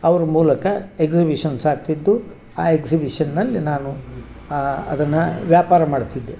ಅವ್ರ ಮೂಲಕ ಎಗ್ಸಿಬಿಷನ್ಸ್ ಆಗ್ತಿದ್ದು ಆ ಎಗ್ಸಿಬಿಷನ್ನಲ್ಲಿ ನಾನು ಅದನ್ನು ವ್ಯಾಪಾರ ಮಾಡ್ತಿದ್ದೆ